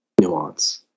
nuance